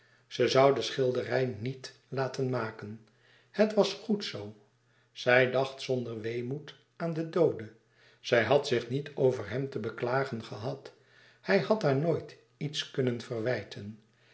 ze zoû de schilderij niet laten maken het was goed zoo zij dacht zonder weemoed aan den doode zij had zich niet over hem te beklagen gehad hij had haar nooit iets kunnen verwijten